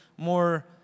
more